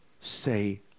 say